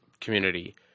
community